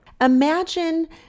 Imagine